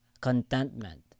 contentment